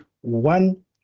one